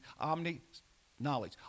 omni-knowledge